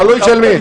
תלוי של מי.